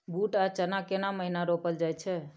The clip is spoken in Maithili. बूट आ चना केना महिना रोपल जाय छै?